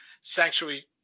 sanctuary